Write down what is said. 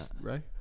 right